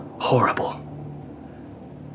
horrible